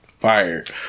fired